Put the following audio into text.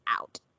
out